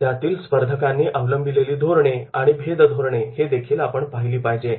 त्यातील स्पर्धकांनी अवलंबिलेली धोरणे आणि भेद धोरणे देखील आपण पाहिली पाहिजेत